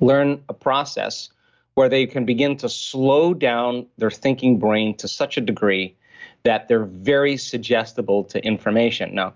learn a process where they can begin to slow down their thinking brain to such a degree that they're very suggestible to information now,